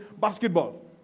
basketball